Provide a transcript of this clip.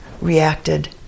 reacted